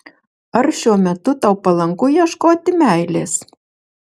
ar šiuo metu tau palanku ieškoti meilės